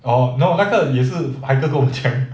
orh no 那个也是 haikal 跟我讲